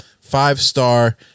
five-star